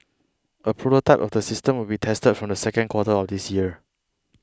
a prototype of the system will be tested from the second quarter of this year